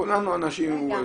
כולנו אנשים עם מוגבלות,